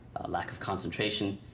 lack of concentration.